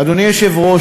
אדוני היושב-ראש,